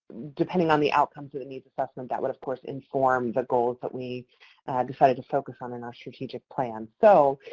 depending on the outcomes of the needs assessment that would, of course, inform the goals that we decided to focus on in our strategic plan. so,